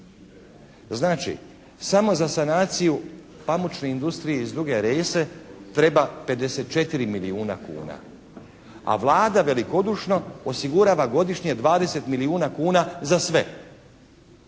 Znači, samo za sanaciju pamučne industrije iz Duge Rese treba 54 milijuna kuna a Vlada velikodušno osigurava godišnje 20 milijuna kuna za sve.